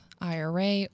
IRA